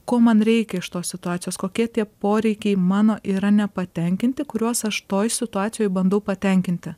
ko man reikia iš tos situacijos kokie tie poreikiai mano yra nepatenkinti kuriuos aš toj situacijoj bandau patenkinti